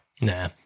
Nah